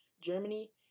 Germany